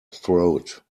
throat